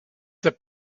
that